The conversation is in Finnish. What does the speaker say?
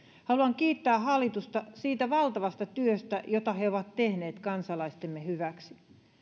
haluan kiittää hallitusta siitä valtavasta työstä jota he ovat tehneet kansalaistemme hyväksi